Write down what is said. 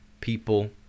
people